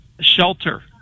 shelter